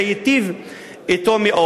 זה ייטיב אתו מאוד.